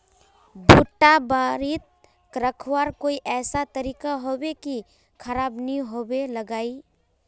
भुट्टा बारित रखवार कोई ऐसा तरीका होबे की खराब नि होबे लगाई?